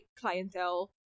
clientele